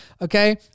okay